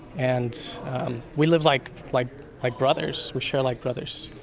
and we live like like like brothers. we share like brothers,